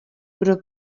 pro